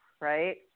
right